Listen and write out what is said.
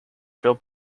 film